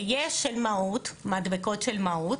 יש מדבקות של מהו"ת.